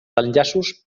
enllaços